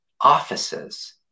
offices